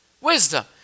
Wisdom